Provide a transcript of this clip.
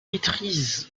maîtrise